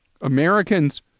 Americans